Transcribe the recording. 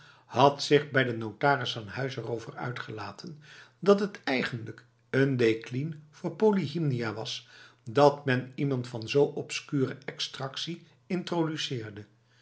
had zich bij den notaris aan huis er over uitgelaten dat t eigenlijk een décline voor polyhymnia was dat men iemand van zoo obscure extractie introduceerde